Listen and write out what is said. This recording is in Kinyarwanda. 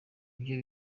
ibyo